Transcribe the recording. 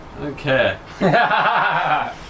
Okay